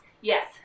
yes